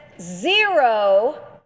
zero